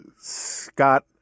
Scott